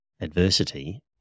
adversity